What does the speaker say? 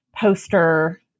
Poster